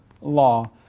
law